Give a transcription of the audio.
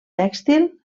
tèxtil